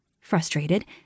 Frustrated